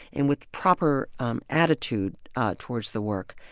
and with proper um attitude towards the work,